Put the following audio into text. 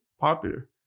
popular